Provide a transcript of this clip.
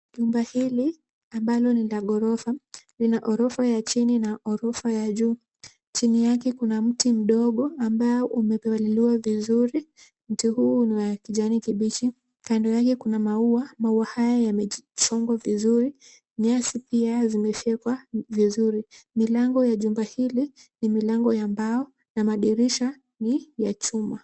Nyumba hili ambalo ni la ghorofa lina orofa ya chini na orofa ya juu, chini yake kuna mti mdogo ambao umepaliliwa vizuri, mti huu ni wa kijani kibichi, kando yake kuna maua, maua haya yamechongwa vizuri, nyasi pia zimefyekwa vizuri, milango ya jumba hili ni milango ya mbao, na mandirisha ni ya chuma.